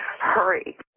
Hurry